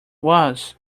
was